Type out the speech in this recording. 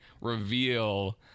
reveal